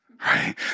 right